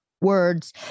words